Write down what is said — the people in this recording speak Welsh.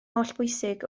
hollbwysig